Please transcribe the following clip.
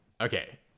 Okay